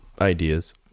ideas